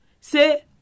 Say